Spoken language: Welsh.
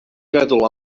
feddwl